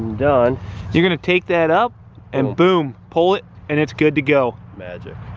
done you're gonna take that up and boom pull it and it's good to go magic